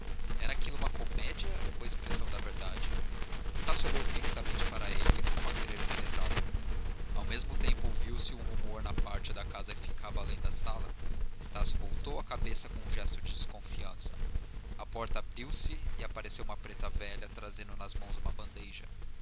era aquilo uma comédia ou a expressão da verdade estácio olhou fixamente para ele como a querer penetrá lo ao mesmo tempo ouviu-se um rumor na parte da casa que ficava além da sala estácio voltou a cabeça com um gesto de desconfiança a porta abriu-se e apareceu uma preta velha trazendo nas mãos uma bandeja